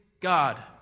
God